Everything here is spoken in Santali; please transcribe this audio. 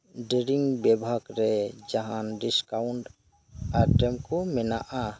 ᱰᱨᱤᱝ ᱵᱤᱵᱷᱟᱜᱽ ᱨᱮ ᱡᱟᱦᱟᱱ ᱰᱤᱥᱠᱟᱣᱩᱱᱴ ᱟᱭᱴᱮᱢ ᱠᱚ ᱢᱮᱱᱟᱜᱼᱟ